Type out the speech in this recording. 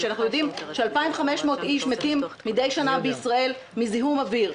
כשאנחנו יודעים ש-2,500 אנשים מתים מידי שנה בישראל מזיהום אוויר,